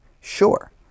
Sure